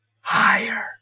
Higher